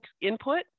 input